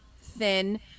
thin